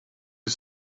who